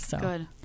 Good